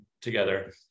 together